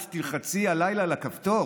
את תלחצי הלילה על הכפתור